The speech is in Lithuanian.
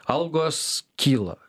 algos kyla